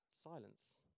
silence